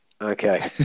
Okay